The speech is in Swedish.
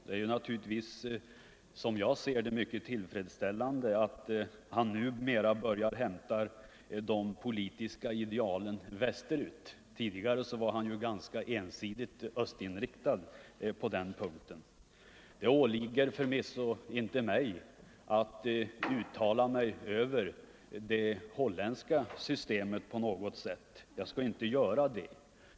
Det är naturligtvis, som jag ser det, mycket tillfredsställande att han numera börjar hämta de politiska idealen västerifrån. Tidigare var han ganska ensidigt östinriktad på den punkten. Det åligger förvisso inte mig att uttala mig om det holländska systemet på något sätt. Det skall jag inte göra.